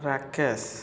Rakesh